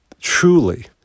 truly